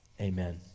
amen